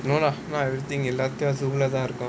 no lah not everything எல்லாத்தையும்:ellaathaiyum